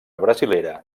brasilera